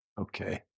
Okay